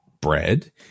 bread